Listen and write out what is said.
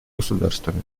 государствами